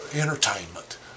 entertainment